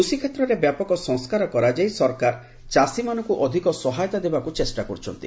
କୃଷି କ୍ଷେତ୍ରରେ ବ୍ୟାପକ ସଂସ୍କାର କରାଯାଇ ସରକାର ଚାଷୀମାନଙ୍କୁ ଅଧିକ ସହାୟତା ଦେବାକୁ ଚେଷ୍ଟା କରୁଛନ୍ତି